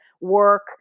work